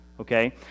okay